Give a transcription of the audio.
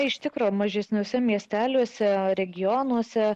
iš tikro mažesniuose miesteliuose regionuose